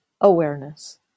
awareness